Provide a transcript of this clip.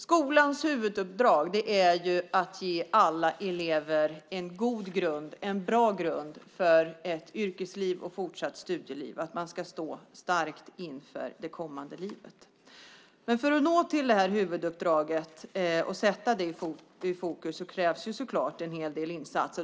Skolans huvuduppdrag är ju att ge alla elever en god grund för ett yrkesliv och fortsatt studieliv. Man ska stå stark inför det kommande livet. För att nå det huvuduppdraget och sätta det i fokus krävs förstås en hel del insatser.